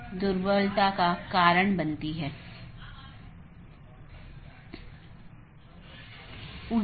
अन्यथा पैकेट अग्रेषण सही नहीं होगा